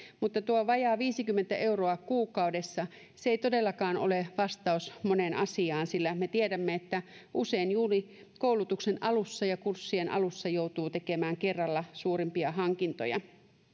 mutta tuo vajaa viisikymmentä euroa kuukaudessa ei todellakaan ole vastaus moneen asiaan sillä me tiedämme että usein juuri koulutuksen alussa ja kurssien alussa joutuu tekemään kerralla suurempia hankintoja